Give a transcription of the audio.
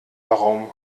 warum